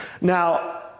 Now